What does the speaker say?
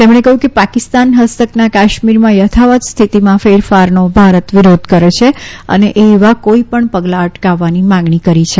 તેમણે કહ્યું કે પાકિસ્તાન હસ્તકના કાશ્મીરમાં યથાવત હિશ્થતિમાં ફેરફારનો ભારત વિરોધ કરે છે એ એવા કોઇપણ પગલાં અટકાવવાની માગણી કરી છે